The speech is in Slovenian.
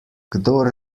kdor